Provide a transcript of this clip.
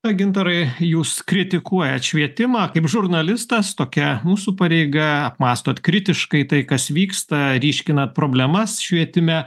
na gintarai jūs kritikuojat švietimą kaip žurnalistas tokia mūsų pareiga apmąstote kritiškai tai kas vyksta ryškinat problemas švietime